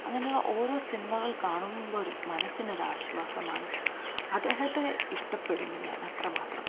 അങ്ങനെയുള്ള ഓരോ സിനിമകൾ കാണുമ്പോഴും മനസ്സിനൊരാശ്വാസമാണ് അദ്ദേഹത്തെ ഇഷ്ടപ്പെടുന്നു ഞാൻ അത്രമാത്രം